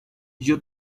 you